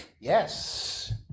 Yes